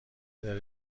داره